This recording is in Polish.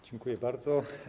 Dziękuję bardzo.